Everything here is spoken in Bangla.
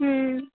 হুম